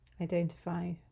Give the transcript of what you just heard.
identify